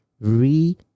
re